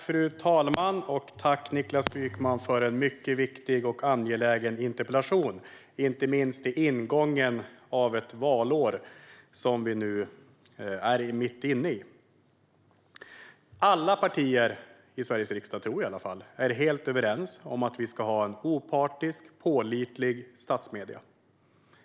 Fru talman! Tack, Niklas Wykman, för en mycket viktig och angelägen interpellation, inte minst så här i ingången av ett valår! Alla partier i Sveriges riksdag är, tror jag, helt överens om att vi ska ha opartiska och pålitliga statsmedier.